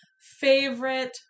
favorite